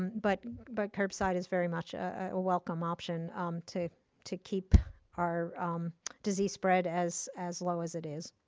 but but curbside is very much a welcome option to to keep our disease spread as as low as it is.